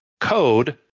code